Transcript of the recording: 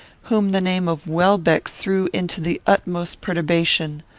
whom the name of welbeck threw into the utmost perturbation.